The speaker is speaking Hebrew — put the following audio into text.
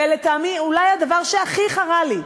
ולטעמי, אולי הדבר שהכי חרה לי,